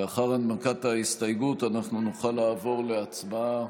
לאחר הנמקת ההסתייגות אנחנו נוכל לעבור להצבעה,